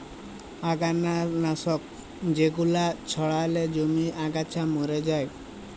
আগাছা লাশক জেগুলান ছড়ালে জমিতে আগাছা ম্যরে যায়